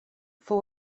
fou